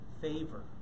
favor